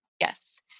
Yes